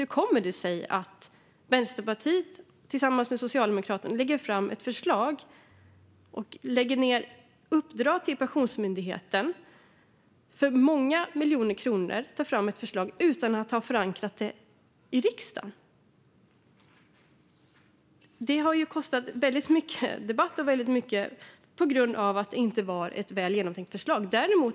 Hur kommer det sig att Vänsterpartiet och Socialdemokraterna först uppdrar åt Pensionsmyndigheten att ta fram ett förslag på många miljoner kronor och sedan lägger fram det utan att ha förankrat det i riksdagen? Det har ju kostat mycket tid och pengar eftersom det inte var ett väl genomtänkt förslag.